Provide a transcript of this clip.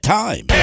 time